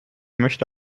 möchte